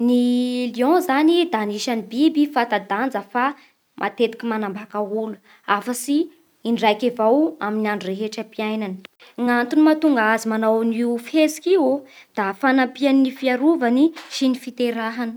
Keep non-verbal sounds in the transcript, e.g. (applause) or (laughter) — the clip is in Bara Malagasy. Ny (hesitation) lion zany da anisan'ny biby fanta-danja fa matetiky manambaka olo afatsy indraika avao amin'ny andro rehetram-piainany. Na antogny mahatonga azy (hesitation) manao io fihetsiky iô da fanampiany ny fiarovany sy ny fiterahany.